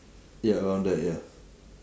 ya around there ya